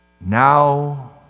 now